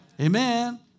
Amen